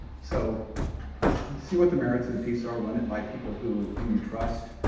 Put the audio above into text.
so see what the merits of the piece are, run it by people who whom you trust.